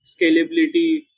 scalability